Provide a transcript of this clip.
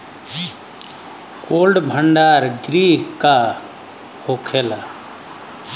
Cold भण्डार गृह का होखेला?